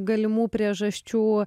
galimų priežasčių